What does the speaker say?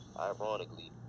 ironically